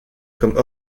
comme